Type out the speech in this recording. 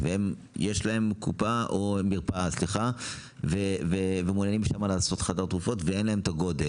יש להם קופה או מרפאה ואמורים לעשות שם חדר תרופות ואין להם את הגודל